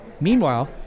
Meanwhile